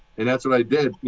and that's what i did. you